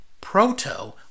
Proto